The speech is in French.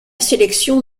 sélection